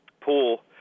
pool